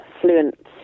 fluent